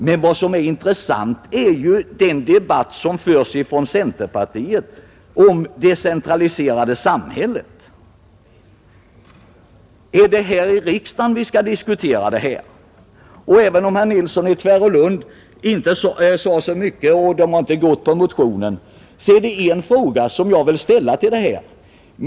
Men vad som är intressant i detta sammanhang är den debatt som centern för om det decentraliserade samhället. Även om herr Nilsson i Tvärålund inte sade mycket om detta och det inte finns någon reservation på denna motion, .vill jag ändå ställa en fråga.